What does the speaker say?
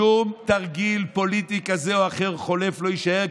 שום תרגיל פוליטי כזה או אחר חולף לא יישאר,